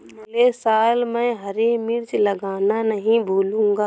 अगले साल मैं हरी मिर्च लगाना नही भूलूंगा